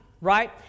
right